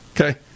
Okay